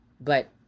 But-